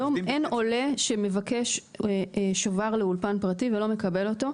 היום אין עולה שמבקש שובר לאולפן פרטי ולא מקבל אותו.